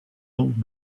old